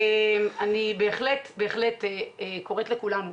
אני בהחלט קוראת לכולנו,